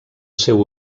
seu